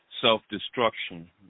Self-Destruction